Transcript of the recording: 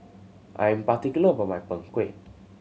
I am particular about my Png Kueh